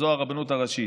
הרבנות הראשית.